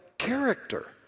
character